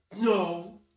No